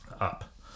up